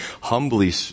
humbly